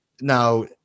Now